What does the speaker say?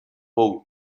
wool